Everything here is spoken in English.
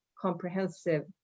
comprehensive